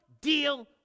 deal